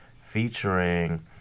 featuring